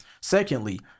Secondly